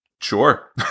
sure